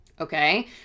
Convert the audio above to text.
Okay